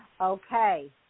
okay